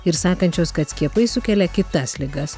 ir sakančios kad skiepai sukelia kitas ligas